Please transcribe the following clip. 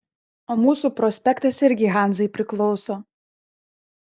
o mūsų prospektas irgi hanzai priklauso